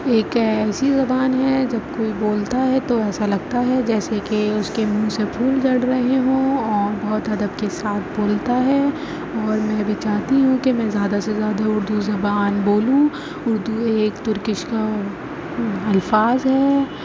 ایک ایسی زبان ہے جب کوئی بولتا ہے تو ایسا لگتا ہے جیسے کہ اس کے مںھ سے پھول چھڑ رہے ہوں اور بہت ادب کے ساتھ بولتا ہے اور میں بھی چاہتی ہوں کہ میں زیادہ سے زیادہ اردو زبان بولوں اردو ایک ترکش الفاظ ہے